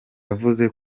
yavuze